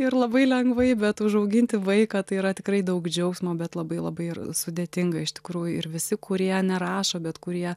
ir labai lengvai bet užauginti vaiką tai yra tikrai daug džiaugsmo bet labai labai ir sudėtinga iš tikrųjų ir visi kurie nerašo bet kurie